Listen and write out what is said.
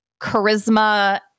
charisma